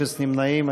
אפס נמנעים.